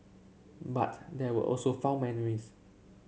but there were also fond memories